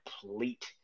complete